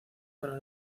para